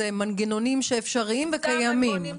זה מנגנונים שאפשריים וקיימים.